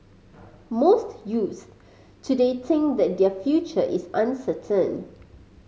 most youths today think that their future is uncertain